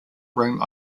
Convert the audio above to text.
room